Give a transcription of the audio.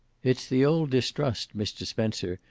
it's the old distrust, mr. spencer,